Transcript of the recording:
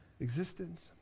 existence